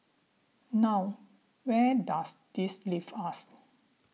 now where does this leave us